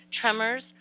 tremors